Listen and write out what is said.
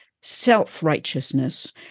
self-righteousness